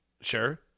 Sure